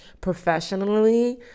professionally